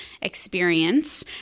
experience